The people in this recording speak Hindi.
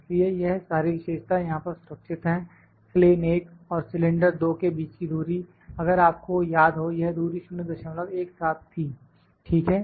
इसलिए यह सारी विशेषताएँ यहां पर सुरक्षित हैं प्लेन 1 और सिलेंडर 2 के बीच की दूरी अगर आपको याद हो यह दूरी 017 थी ठीक है